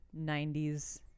90s